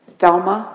Thelma